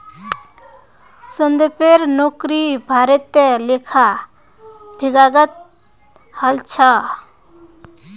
संदीपेर नौकरी भारतीय लेखा विभागत हल छ